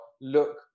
look